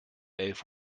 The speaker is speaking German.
elf